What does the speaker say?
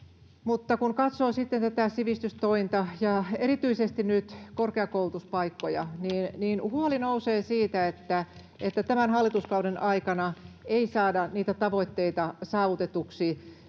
tätä sivistystointa ja erityisesti nyt korkeakoulutuspaikkoja, niin huoli nousee siitä. että tämän hallituskauden aikana ei saada saavutetuiksi